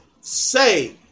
say